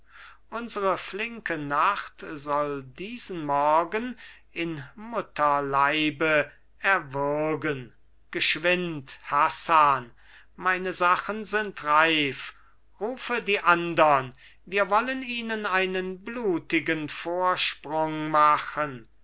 unsere flinke nacht soll diesen morgen in mutterleibe erwürgen geschwind hassan meine sachen sind reif rufe die andern wir wollen ihnen einen blutigen vorsprung machen